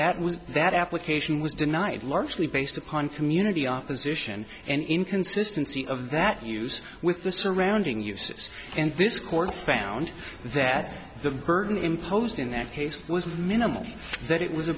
that was that application was denied largely based upon community opposition and inconsistency of that use with the surrounding uses and this court found that the burden imposed in that case was minimal that it was a